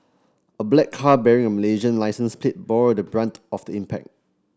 a black car bearing a Malaysian licence plate bore the brunt of the impact